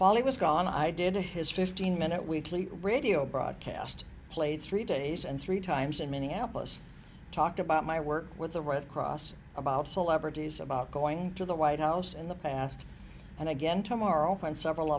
while he was gone i did his fifteen minute weekly radio broadcast played three days and three times in minneapolis talked about my work with the red cross about celebrities about going to the white house and the past and again tomorrow when several